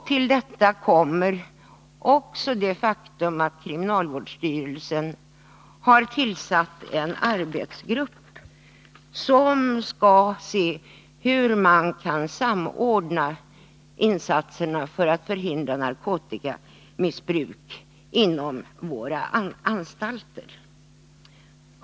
Till detta kommer det faktum att kriminalvårdsstyrelsen har tillsatt en arbetsgrupp med uppgift att undersöka hur insatserna för att förhindra narkotikamissbruk på våra anstalter kan samordnas.